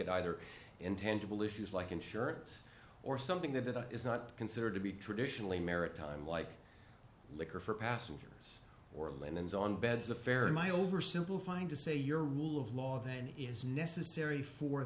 at either intangible issues like insurance or something that it is not considered to be traditionally maritime like liquor for passengers or linens on beds affair my oversimplifying to say your rule of law then is necessary for